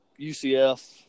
UCF